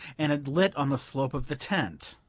and it lit on the slope of the tent.